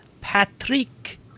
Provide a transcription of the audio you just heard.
Patrick